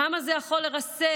כמה זה יכול לרסק,